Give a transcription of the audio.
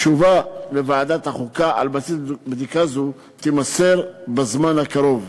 תשובה לוועדת החוקה על בסיס בדיקה זו תימסר בזמן הקרוב.